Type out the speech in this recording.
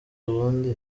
ubundi